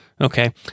okay